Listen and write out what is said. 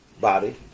body